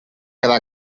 quedar